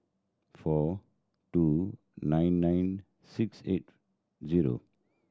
four two nine nine six eight zero